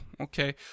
Okay